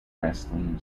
wrestling